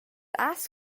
has